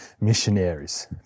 missionaries